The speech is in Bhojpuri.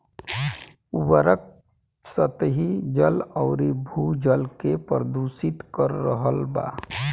उर्वरक सतही जल अउरी भू जल के प्रदूषित कर रहल बा